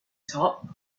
top